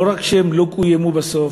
לא רק שהן לא קוימו בסוף,